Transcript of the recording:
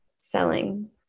selling